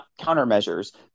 countermeasures